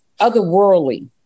otherworldly